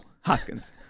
hoskins